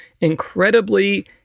incredibly